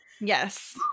Yes